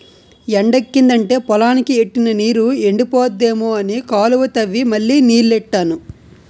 ఎండెక్కిదంటే పొలానికి ఎట్టిన నీరు ఎండిపోద్దేమో అని కాలువ తవ్వి మళ్ళీ నీల్లెట్టాను